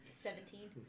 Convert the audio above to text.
Seventeen